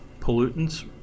pollutants